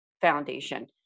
foundation